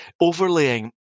overlaying